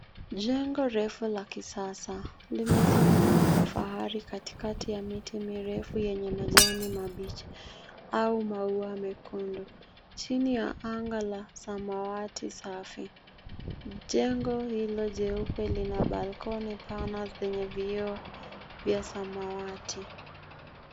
Jengo refu la kisasa limesimama kwa fahari katikati ya miti mirefu yenye majani mabichi au maua mekundu, chini ya anga la samawati safi. Jengo hilo jeupe lina balkoni pana zenye vioo vya samawati.